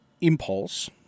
Impulse